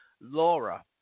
Laura